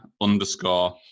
underscore